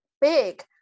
big